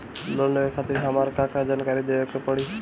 Loan लेवे खातिर हमार का का जानकारी देवे के पड़ी?